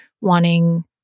wanting